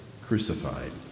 crucified